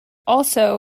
also